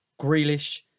Grealish